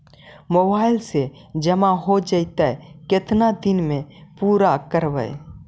Mobile से जामा हो जैतय, केतना दिन में पुरा करबैय?